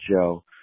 Joe